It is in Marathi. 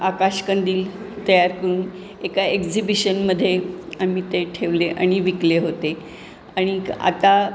आकाश कंदील तयार करून एका एक्झिबिशनमध्ये आम्ही ते ठेवले आणि विकले होते आणि आता